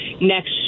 next